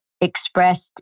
expressed